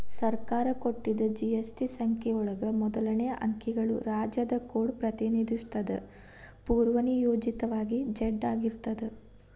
ಸರ್ಕಾರ ಕೊಟ್ಟಿದ್ ಜಿ.ಎಸ್.ಟಿ ಸಂಖ್ಯೆ ಒಳಗ ಮೊದಲನೇ ಅಂಕಿಗಳು ರಾಜ್ಯ ಕೋಡ್ ಪ್ರತಿನಿಧಿಸುತ್ತದ ಪೂರ್ವನಿಯೋಜಿತವಾಗಿ ಝೆಡ್ ಆಗಿರ್ತದ